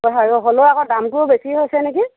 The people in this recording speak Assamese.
হ'লেও আকৌ দামবোৰ বেছি হৈছে নেকি